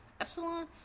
Epsilon